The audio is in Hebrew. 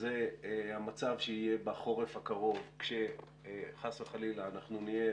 זה המצב שיהיה בחורף הקרוב כשחס וחלילה אנחנו נהיה,